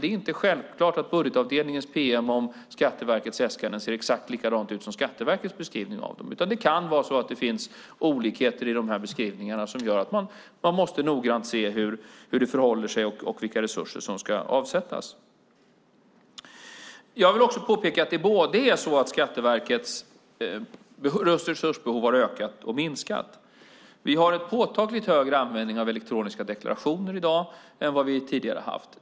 Det är inte självklart att budgetavdelningens PM om Skatteverkets äskanden ser exakt likadant ut som Skatteverkets beskrivning. Det kan finnas olikheter i beskrivningarna som gör att man noga måste se efter hur det förhåller sig och vilka resurser som ska avsättas. Jag vill också påpeka att Skatteverkets resursbehov har både ökat och minskat. Vi har en påtagligt högre användning av elektroniska deklarationer än tidigare.